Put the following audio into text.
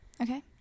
Okay